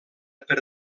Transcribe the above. per